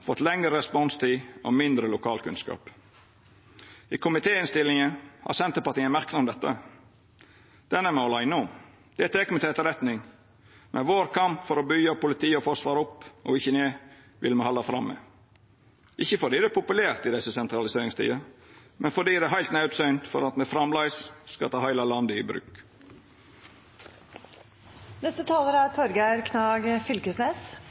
fått lengre responstid og mindre lokalkunnskap. I komitéinnstillinga har Senterpartiet ein merknad om dette. Den er me åleine om. Det tek me til etterretning, men kampen for å byggja politi og forsvar opp, og ikkje ned, vil me halda fram med – ikkje fordi det er populært i desse sentraliseringstider, men fordi det er heilt naudsynt for at me framleis skal ta heile landet i